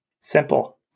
Simple